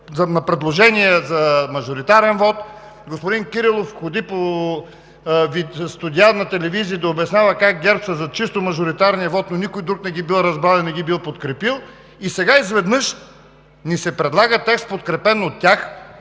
на предложения за мажоритарен вот. Господин Кирилов ходи по студия на телевизии да обяснява как ГЕРБ са за чисто мажоритарния вот, но никой друг не ги бил разбрал и не ги бил подкрепил. Сега изведнъж ни се предлага текст, подкрепен от тях,